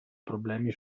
problemi